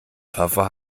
pfaffe